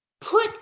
Put